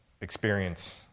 experience